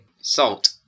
salt